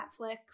Netflix